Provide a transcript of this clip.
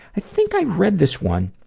i think i read this one.